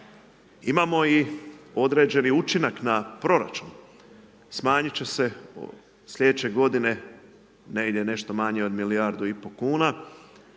Imamo i određeni učinak na proračun, smanjiti će se sljedeće godine negdje nešto manje od milijardu i pol kuna.